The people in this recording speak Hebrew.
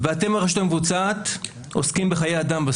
בסוף אתם הרשות המבצעת עוסקים בחיי אדם.